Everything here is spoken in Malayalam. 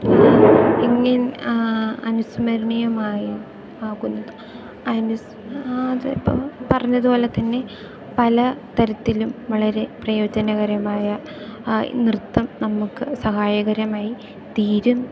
ഇനിന്ന് അനുസ്മരണീയമായ ആകുന്നത് അനുസ് അതിപ്പൊ പറഞ്ഞതു പോലെ തന്നെ പല തരത്തിലും വളരെ പ്രയോജനകരമായ നൃത്തം നമുക്ക് സഹായകരമായി തീരും